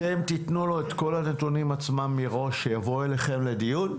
אתם תתנו לו את כל הנתונים מראש שיבואו אליכם לדיון,